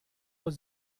was